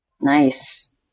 Nice